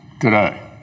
today